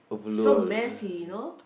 so messy you know